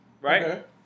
right